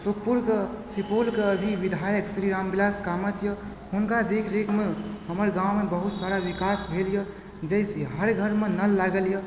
सुखपुरके सुपौलके अभी विधायक श्री रामविलास कामत यऽ हुनका देख रेखमे हमर गाँवमे बहुत सारा विकास भेल यऽ जैसे हर घरमे नल लागल यऽ